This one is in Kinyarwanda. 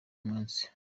munsi